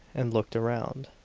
and looked around.